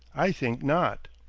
i think not.